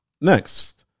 Next